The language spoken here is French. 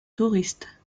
touristes